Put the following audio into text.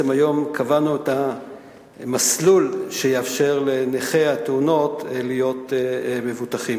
בעצם היום קבענו את המסלול שיאפשר לנכי התאונות להיות מבוטחים.